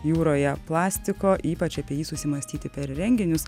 jūroje plastiko ypač apie jį susimąstyti per renginius